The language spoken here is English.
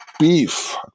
beef